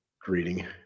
greeting